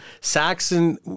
Saxon